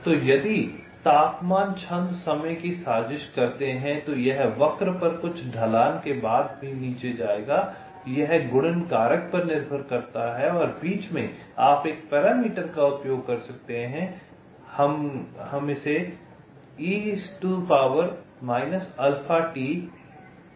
तो यदि आप तापमान छंद समय की साजिश करते हैं तो यह वक्र पर कुछ ढलान के बाद भी नीचे जाएगा यह गुणन कारक पर निर्भर करता है और बीच में आप एक पैरामीटर का उपयोग कर सकते हैं हमें कहते हैं एक स्थिर है